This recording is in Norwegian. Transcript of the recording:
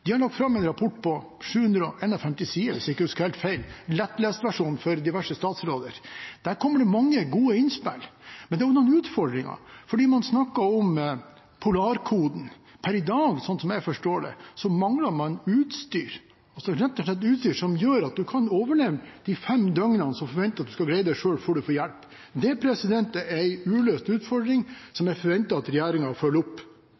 De har lagt fram en rapport på 751 sider, hvis jeg ikke husker helt feil – lettlestversjonen for diverse statsråder. Der kommer det mange gode innspill, men det er også noen utfordringer, fordi man snakker om Polarkoden. Per i dag, slik jeg forstår det, mangler man rett og slett utstyr som gjør at man kan overleve de fem døgnene det er forventet at man skal greie seg selv, før man får hjelp. Det er en uløst utfordring som jeg forventer at regjeringen følger opp.